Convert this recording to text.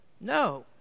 No